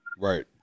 Right